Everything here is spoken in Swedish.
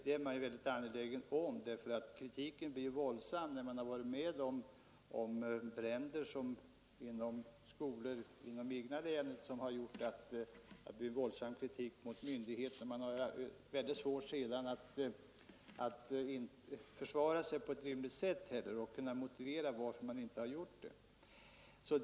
Det är jag väldigt angelägen om, för kritiken blev våldsam mot myndigheterna efter bränder i skolor inom mitt hemlän. Det har varit mycket svårt att försvara sig efteråt och att motivera varför utrymning inte skett.